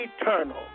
eternal